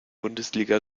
bundesliga